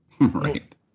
Right